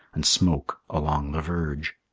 and smoke along the verge.